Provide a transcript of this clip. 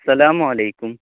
السلام علیکم